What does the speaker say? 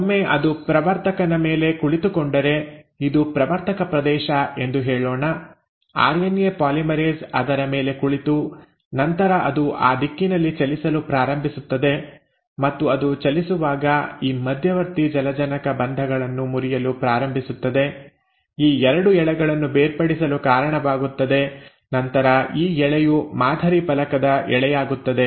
ಒಮ್ಮೆ ಅದು ಪ್ರವರ್ತಕನ ಮೇಲೆ ಕುಳಿತುಕೊಂಡರೆ ಇದು ಪ್ರವರ್ತಕ ಪ್ರದೇಶ ಎಂದು ಹೇಳೋಣ ಆರ್ಎನ್ಎ ಪಾಲಿಮರೇಸ್ ಅದರ ಮೇಲೆ ಕುಳಿತು ನಂತರ ಅದು ಆ ದಿಕ್ಕಿನಲ್ಲಿ ಚಲಿಸಲು ಪ್ರಾರಂಭಿಸುತ್ತದೆ ಮತ್ತು ಅದು ಚಲಿಸುವಾಗ ಈ ಮಧ್ಯವರ್ತಿ ಜಲಜನಕ ಬಂಧಗಳನ್ನು ಮುರಿಯಲು ಪ್ರಾರಂಭಿಸುತ್ತದೆ ಈ 2 ಎಳೆಗಳನ್ನು ಬೇರ್ಪಡಿಸಲು ಕಾರಣವಾಗುತ್ತದೆ ನಂತರ ಈ ಎಳೆಯು ಮಾದರಿ ಫಲಕದ ಎಳೆಯಾಗುತ್ತದೆ